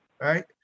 right